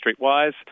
Streetwise